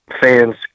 fans